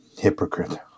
Hypocrite